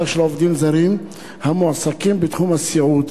של עובדים זרים המועסקים בתחום הסיעוד,